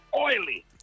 oily